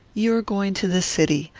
you are going to the city.